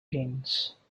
proteins